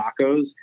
tacos